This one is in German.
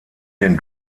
den